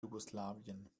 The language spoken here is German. jugoslawien